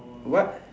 what